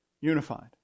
Unified